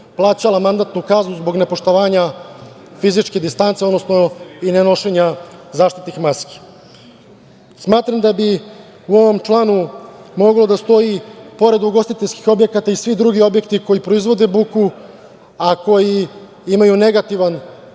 plaćala mandatnu kaznu zbog nepoštovanja fizičke distance, odnosno ne nošenja zaštitnih maski. Smatram da bi u ovom članu moglo da stoji pored ugostiteljskih objekata i svi drugi objekti koji proizvode buku, a koji imaju negativan